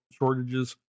Shortages